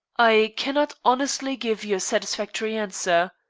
i cannot honestly give you a satisfactory answer.